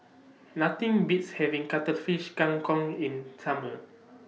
Nothing Beats having Cuttlefish Kang Kong in Summer